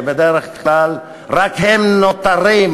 ובדרך כלל רק הם נותרים,